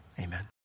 Amen